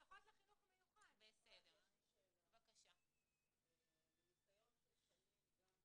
הארוך שהתנהל פה עכשיו לגבי הרגישות של השימוש